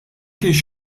kienx